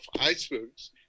icebergs